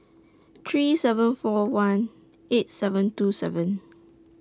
three seven four one eight seven two seven